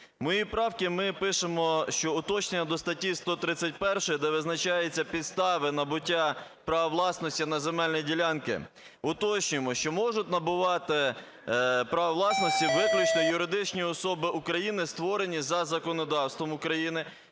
моїй правці ми пишемо, що уточнення до статті 131, де визначаються підстави набуття права власності на земельні ділянки, уточнюємо, що можуть набувати право власності виключно юридичні особи України, створені за законодавством України,